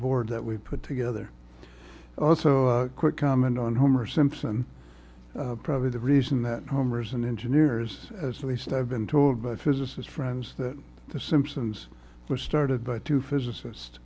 board that we've put together also quick comment on homer simpson probably the reason that homer's and engineers as least i've been told by physicist friends that the simpsons was started by two physicist